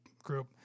Group